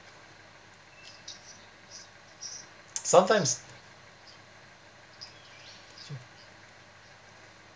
sometimes